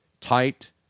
tight